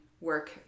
work